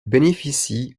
bénéficient